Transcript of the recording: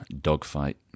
dogfight